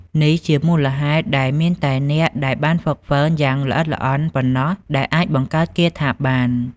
នេះជាមូលហេតុដែលមានតែអ្នកដែលបានហ្វឹកហ្វឺនយ៉ាងល្អិតល្អន់ប៉ុណ្ណោះដែលអាចបង្កើតគាថាបាន។